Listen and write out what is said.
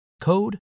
code